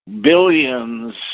billions